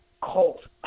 cold